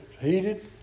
heated